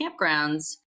campgrounds